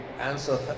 answer